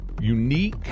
unique